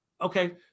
Okay